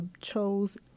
chose